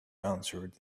answered